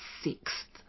sixth